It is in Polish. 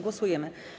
Głosujemy.